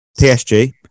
PSG